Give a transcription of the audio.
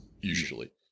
usually